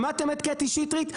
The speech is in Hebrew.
שמעתם את קטי שטרית?